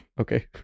okay